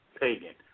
pagan